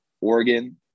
Oregon